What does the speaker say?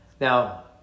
Now